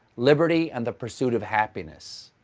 liberty, and the pursuit of happiness.